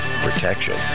protection